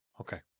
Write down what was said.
Okay